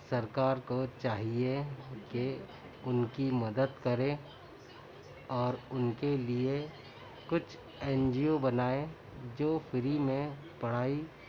سرکار کو چاہیے کہ ان کی مدد کرے اور ان کے لیے کچھ این جی او بنائے جو فری میں پڑھائی